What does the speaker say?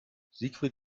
siegfried